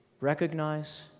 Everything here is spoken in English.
recognize